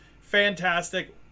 fantastic